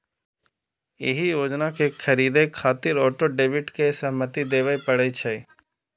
एहि योजना कें खरीदै खातिर ऑटो डेबिट के सहमति देबय पड़ै छै